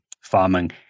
farming